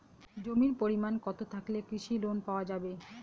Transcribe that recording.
জমির পরিমাণ কতো থাকলে কৃষি লোন পাওয়া যাবে?